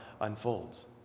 unfolds